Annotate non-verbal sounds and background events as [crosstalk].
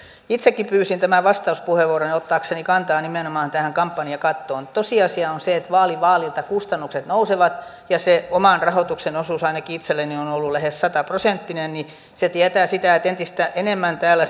itsekin pyysin tämän vastauspuheenvuoron ottaakseni kantaa nimenomaan tähän kampanjakattoon tosiasia on se että vaali vaalilta kustannukset nousevat ja se oman rahoituksen osuus ainakin itselläni on ollut lähes sata prosenttinen se tietää sitä että entistä enemmän täällä [unintelligible]